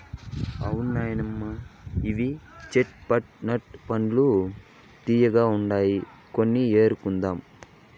అవునమ్మా ఇవి చేట్ పట్ నట్ పండ్లు తీయ్యగుండాయి కొన్ని ఎత్తుకుందాం